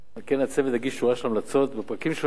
על כן יגיש הצוות שורה של המלצות בפרקים השונים,